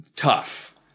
tough